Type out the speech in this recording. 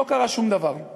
לא קרה שום דבר.